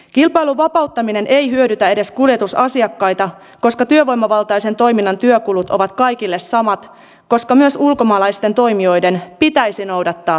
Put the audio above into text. kilpailun vapauttaminen ei hyödytä edes kuljetusasiakkaita koska työvoimavaltaisen toiminnan työkulut ovat kaikille samat koska myös ulkomaalaisten toimijoiden pitäisi noudattaa työehtosopimuksia